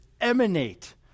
emanate